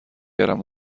کردم